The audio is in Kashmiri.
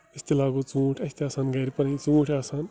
أسۍ تہِ لاگو ژوٗنٛٹھ اَسہِ تہِ آسَن گرِ پنٕنۍ ژوٗنٛٹھۍ آسان